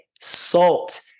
salt